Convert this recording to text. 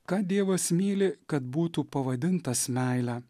ką dievas myli kad būtų pavadintas meile